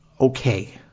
okay